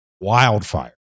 wildfire